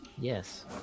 Yes